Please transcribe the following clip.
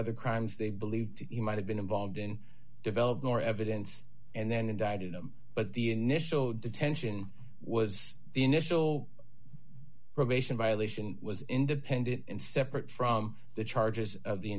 other crimes they believe you might have been involved in develop your evidence and then indicted him but the initial detention was the initial probation violation was independent and separate from the charges of the